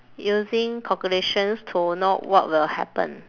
using calculations to know what will happen